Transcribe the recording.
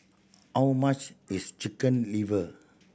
how much is Chicken Liver